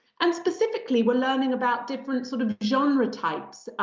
and specifically, we're learning about different sort of genre types.